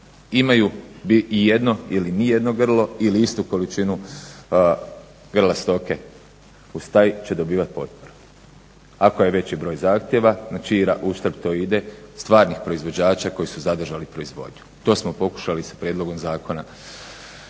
imaju i jedno ili nijedno grlo ili istu količinu grla stoke u staji, će dobivat potporu, ako je veći broj zahtjeva na čiji uštrb to ide, stvarnih proizvođača koji su zadržali proizvodnju. To smo pokušali sa prijedlogom zakona